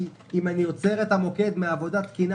כי אם אני עוצר את המוקד מעבודה תקינה